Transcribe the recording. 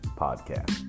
podcast